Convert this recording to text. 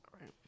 right